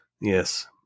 Yes